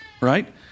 Right